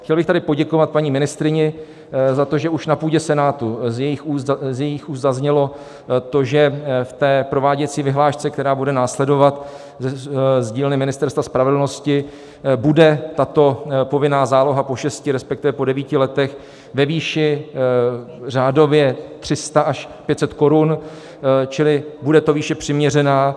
Chtěl bych tady poděkovat paní ministryni za to, že už na půdě Senátu z jejích úst zaznělo to, že v prováděcí vyhlášce, která bude následovat z dílny Ministerstva spravedlnosti, bude tato povinná záloha po šesti, respektive po devíti letech ve výši řádově 300 až 500 korun, čili bude to výše přiměřená.